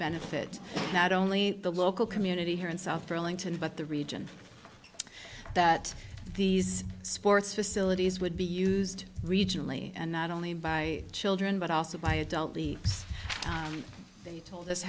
benefit not only the local community here in south carolina today but the region that these sports facilities would be used regionally and not only by children but also by adult they told us